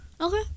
Okay